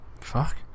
Fuck